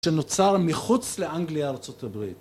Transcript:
שנוצר מחוץ לאנגליה, ארה״ב.